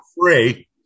Free